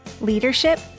leadership